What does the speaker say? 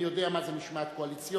אני יודע מה זו משמעת קואליציונית.